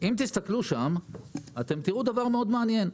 תסתכלו שם תראו דבר מעניין מאוד.